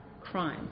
crime